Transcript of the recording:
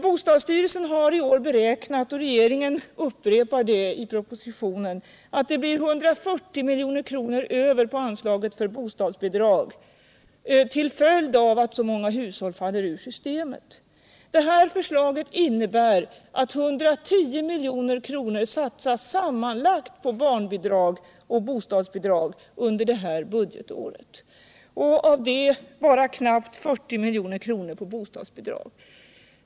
Bostadsstyrelsen har i år beräknat, och regeringen upprepar det i propositionen, att det blir 140 milj.kr. över på anslaget för bostadsbidrag till följd av att så många hushåll förlorar sina bostadsbidrag eller får sämre stöd. Förslaget innebär att under det här budgetåret sammanlagt 110 milj.kr. satsas på barnbidrag och bostadsbidrag men att av den summan bara knappt 40 milj.kr. satsas på bostadsbidrag.